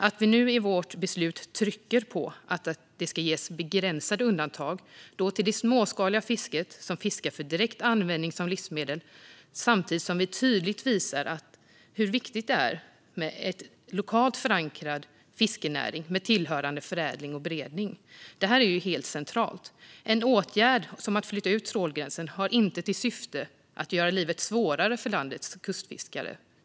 Genom vårt beslut trycker vi nu på för att det ska ges begränsade undantag till det småskaliga fisket där man fiskar för direkt användning som livsmedel. Samtidigt visar vi tydligt hur viktigt det är med en lokalt förankrad fiskenäring med tillhörande förädling och beredning; det är helt centralt. En åtgärd som att flytta ut trålgränsen har inte till syfte att göra livet svårare för landets kustfiskare.